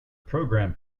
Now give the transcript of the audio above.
program